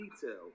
Detail